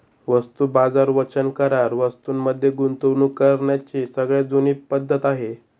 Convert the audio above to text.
वस्तू बाजार वचन करार वस्तूं मध्ये गुंतवणूक करण्याची सगळ्यात जुनी पद्धत आहे